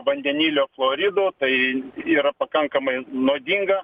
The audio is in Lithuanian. vandenilio chloridu tai yra pakankamai nuodinga